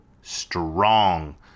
strong